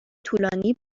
طولانی